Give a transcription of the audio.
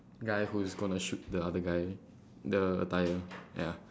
guy who is going to shoot the other guy the attire ya